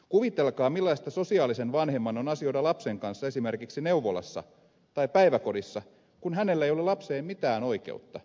kuvitelkaa millaista sosiaalisen vanhemman on asioida lapsen kanssa esimerkiksi neuvolassa tai päiväkodissa kun hänellä ei ole lapseen mitään oikeutta